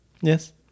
yes